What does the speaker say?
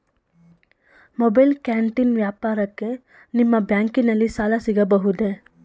Mobile canteen ವ್ಯಾಪಾರಕ್ಕೆ ನಿಮ್ಮ ಬ್ಯಾಂಕಿನಲ್ಲಿ ಸಾಲ ಸಿಗಬಹುದೇ?